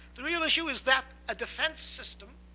the real issue is that a defense system,